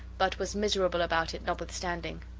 but was miserable about it, notwithstanding.